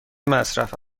مصرف